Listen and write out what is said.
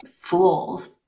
fools